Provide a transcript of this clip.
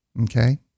Okay